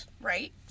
Right